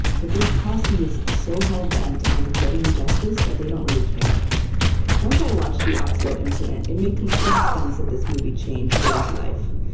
but this posse is so hell-bent on getting justice that they don't really care once i watched the ox-bow incident it made complete sense that this movie changed ruben's life.